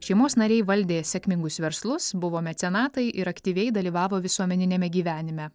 šeimos nariai valdė sėkmingus verslus buvo mecenatai ir aktyviai dalyvavo visuomeniniame gyvenime